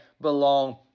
belong